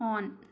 on